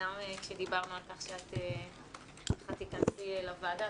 גם כשדיברנו על כך שאת תיכנסי לוועדה,